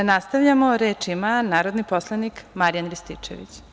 Nastavljamo, reč ima narodni poslanik Marijan Rističević.